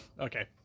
okay